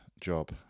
job